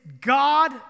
God